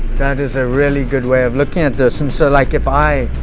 that is a really good way of looking at this, and so like, if i,